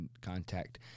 contact